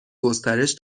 گسترش